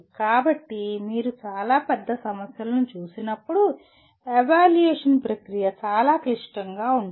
కాబట్టి మీరు చాలా పెద్ద సమస్యలను చూసినప్పుడు ఎవాల్యుయేట్ ప్రక్రియ చాలా క్లిష్టంగా ఉంటుంది